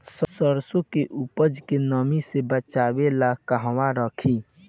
सरसों के उपज के नमी से बचावे ला कहवा रखी?